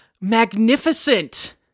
magnificent